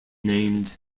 named